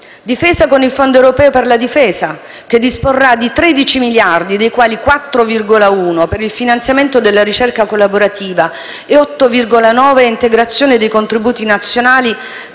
Difesa, con il Fondo europeo per la difesa, che disporrà di 13 miliardi, dei quali 4,1 per il finanziamento della ricerca collaborativa e 8,9 a integrazione dei contributi nazionali